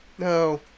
No